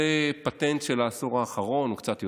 זה פטנט של העשור האחרון או קצת יותר.